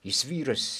jis vyras